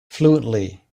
fluently